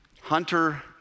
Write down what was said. Hunter